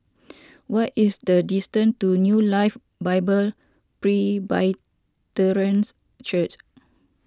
what is the distance to New Life Bible Presbyterians Church